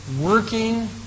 working